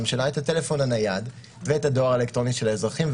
שלה את הטלפון הנייד ואת הדואר האלקטרוני של האזרחים,